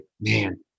man